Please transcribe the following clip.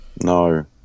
No